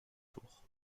tour